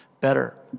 better